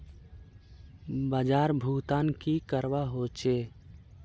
बाजार भुगतान की करवा होचे?